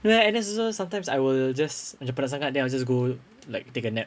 well N_S also sometimes I will just penat penat sangat then I will just go like take a nap